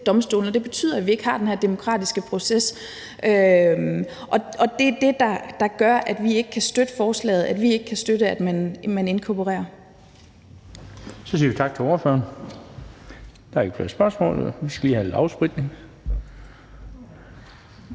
domstolene, og det betyder, at vi ikke har den her demokratiske proces. Det er det, der gør, at vi ikke kan støtte forslaget, ikke kan støtte, at man inkorporerer. Kl. 11:02 Den fg. formand (Bent Bøgsted): Så siger vi tak til ordføreren. Der er ikke flere spørgsmål, og vi skal lige have lidt afspritning